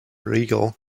regal